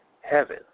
heaven